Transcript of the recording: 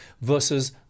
versus